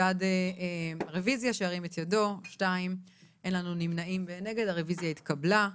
הצבעה בעד, 2 נגד, 0 נמנעים, 0 הרביזיה התקבלה.